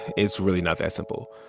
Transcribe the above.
it's really not that simple.